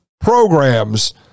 programs